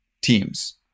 teams